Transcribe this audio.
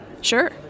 Sure